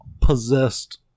possessed